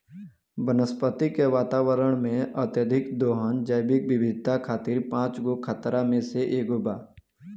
वनस्पति के वातावरण में, अत्यधिक दोहन जैविक विविधता खातिर पांच गो खतरा में से एगो बा